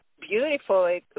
beautiful